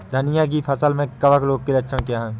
धनिया की फसल में कवक रोग के लक्षण क्या है?